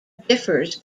differs